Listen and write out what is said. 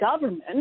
government